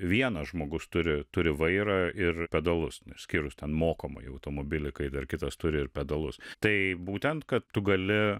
vienas žmogus turi turi vairą ir pedalus išskyrus ten mokomąjį automobilį kai dar kitas turi ir pedalus tai būtent kad tu gali